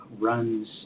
runs